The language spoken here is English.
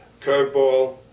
curveball